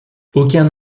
aucun